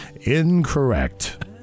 Incorrect